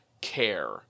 care